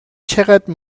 چقدر